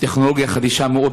עם טכנולוגיה חדשה מאוד,